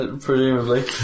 presumably